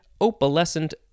opalescent